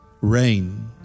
rain